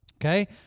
okay